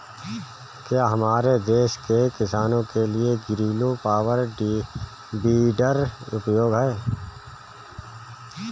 क्या हमारे देश के किसानों के लिए ग्रीलो पावर वीडर उपयोगी है?